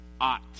ought